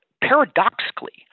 paradoxically